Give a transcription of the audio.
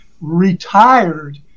retired